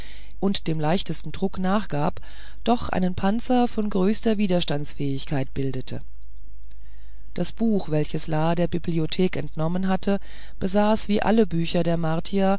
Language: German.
und dem leichtesten drucke nachgab doch einen panzer von größter widerstandsfähigkeit bildete das buch welches la der bibliothek entnommen hatte besaß wie alle bücher der